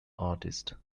artist